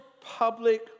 public